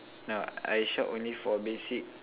no I shop only for basic